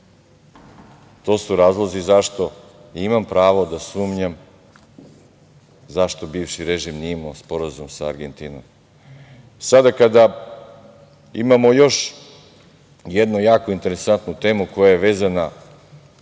su sve razlozi zašto imam pravo da sumnjam zašto bivši režim nije imao sporazum sa Argentinom. Sada kada imamo još jednu jako interesantnu temu koja je vezana